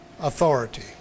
authority